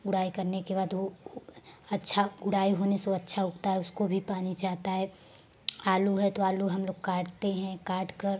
गुड़ाई करने के बाद वो अच्छा गुड़ाई होने से वो अच्छा उगता है उसको भी पानी चाहता है आलू है तो आलू हम लोग काटते हैं काट कर